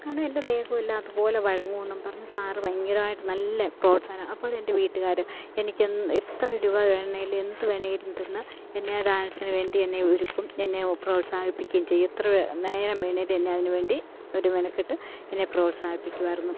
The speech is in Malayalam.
കാരണം എൻ്റെ ദേഹവും എല്ലാം അതുപോലെ വഴങ്ങും എന്നും പറഞ്ഞ് സാർ ഭയങ്കരമായിട്ട് നല്ല പ്രോത്സാഹനം അപ്പോൾ എൻ്റെ വീട്ടുകാർ എനിക്ക് എൻ എത്ര രൂപ വേണമെങ്കിലും എന്ത് വേണമെങ്കിലും തന്ന് എന്നെ ആ ഡാൻസിന് വേണ്ടി എന്നെ ഒരുക്കും എന്നെ പ്രോത്സാഹിപ്പിക്കുകയും ചെയ്യും എത്ര നേരം വേണമെങ്കിലും എന്നെ അതിന് വേണ്ടി അവർ മെനക്കെട്ട് എന്നെ പ്രോത്സാഹിപ്പിക്കുമായിരുന്നു